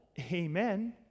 amen